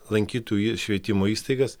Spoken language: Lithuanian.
lankytų ir švietimo įstaigas